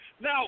Now